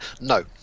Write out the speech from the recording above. no